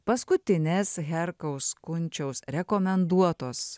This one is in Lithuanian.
paskutinės herkaus kunčiaus rekomenduotos